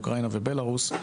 אוקראינה ובלרוס,